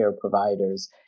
providers